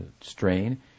strain